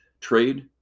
trade